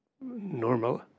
normal